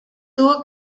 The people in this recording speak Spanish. tuvo